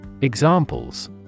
Examples